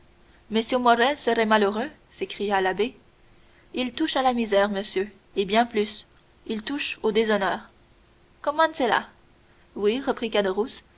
morrel serait malheureux s'écria l'abbé il touche à la misère monsieur et bien plus il touche au déshonneur comment cela oui reprit